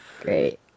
Great